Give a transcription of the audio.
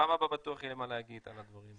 בפעם הבאה יהיה לי מה להגיד על הדברים.